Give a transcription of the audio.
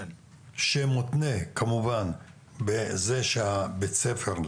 שמותנה כמובן בזה שבית הספר,